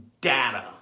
data